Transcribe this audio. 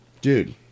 dude